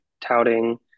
touting